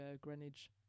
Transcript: Greenwich